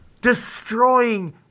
destroying